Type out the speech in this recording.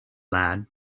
lad